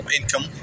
income